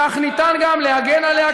כך ניתן גם להגן עליה,